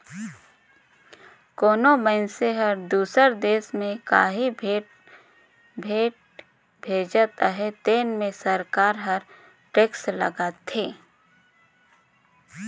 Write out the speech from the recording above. कोनो मइनसे हर दूसर देस में काहीं भेंट भेजत अहे तेन में सरकार हर टेक्स लगाथे